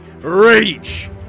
rage